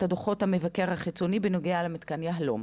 דוחות המבקר החיצוני בנוגע למתקן יהלום.